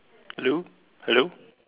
hello hello